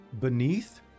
beneath